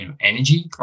energy